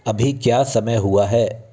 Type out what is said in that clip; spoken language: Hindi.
अभी क्या समय हुआ है